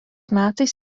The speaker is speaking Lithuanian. metais